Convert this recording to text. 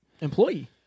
employee